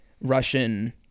Russian